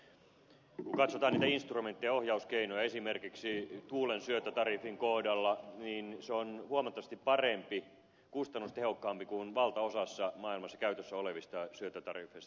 kun katsotaan niitä instrumentteja ohjauskeinoja esimerkiksi tuulen syöttötariffin kohdalla niin se on huomattavasti parempi kustannustehokkaampi kuin valtaosassa maailmalla käytössä olevista syöttötariffeista